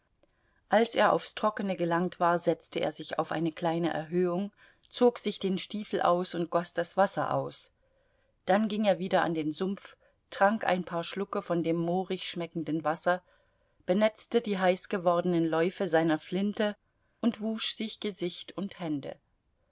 als er aufs trockene gelangt war setzte er sich auf eine kleine erhöhung zog sich den stiefel aus und goß das wasser aus dann ging er wieder an den sumpf trank ein paar schlucke von dem moorig schmeckenden wasser benetzte die heiß gewordenen läufe seiner flinte und wusch sich gesicht und hände